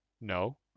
No